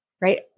right